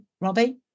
Robbie